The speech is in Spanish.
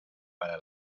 para